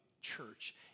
church